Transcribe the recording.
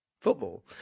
football